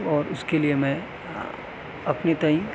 اور اس کے لیے میں اپنی تئیں